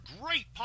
great